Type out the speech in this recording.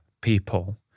people